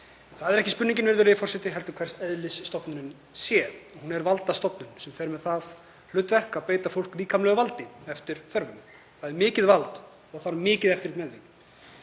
Það er ekki spurningin, virðulegi forseti, heldur hvers eðlis stofnunin er. Hún er valdastofnun sem fer með það hlutverk að beita fólk líkamlegu valdi eftir þörfum. Það er mikið vald og þarf mikið eftirlit